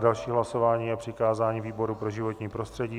Další hlasování je přikázání výboru pro životní prostředí.